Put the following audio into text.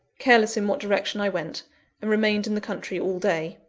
careless in what direction i went and remained in the country all day.